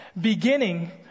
beginning